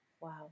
Wow